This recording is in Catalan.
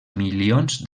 milions